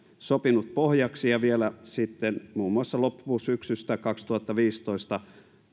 sopinut pohjaksi ja vielä sitten muun muassa loppusyksystä kaksituhattaviisitoista